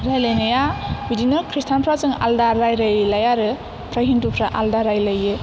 रायलायनाया बिदिनो खृष्टानफ्रा जों आलादा रायलायोलाय आरो ओमफ्राय हिन्दुफ्रा आलादा रायलायो